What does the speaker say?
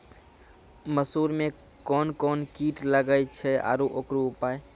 मसूर मे कोन कोन कीट लागेय छैय आरु उकरो उपाय?